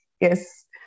Yes